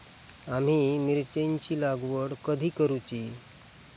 आम्ही मिरचेंची लागवड कधी करूची?